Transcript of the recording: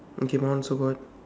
okay my one also got